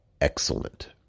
excellent